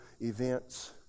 Events